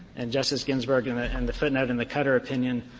and justice ginsburg in ah and the footnote in the cutter opinion